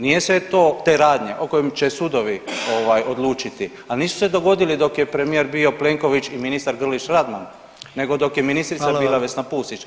Nije se to, te radnje o kojem će sudovi ovaj odlučiti, ali nisu se dogodili dok je premijer bio Plenković i ministar Grlić Radman nego dok je ministrica [[Upadica: Hvala vam.]] bila Vesna Pusić.